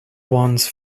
ones